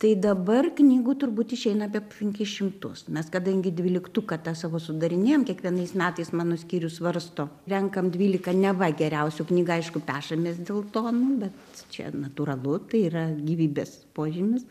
tai dabar knygų turbūt išeina apie penkis šimtus mes kadangi dvyliktuką tą savo sudarinėjam kiekvienais metais mano skyrius svarsto renkam dvylika neva geriausių knygų aišku pešamės dėl to nu bet čia natūralu tai yra gyvybės požymis